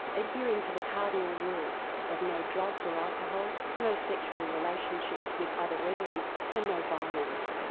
adhering to the cardinal rules of no drugs or alcohol, no sexual relationships with other residents and no violence.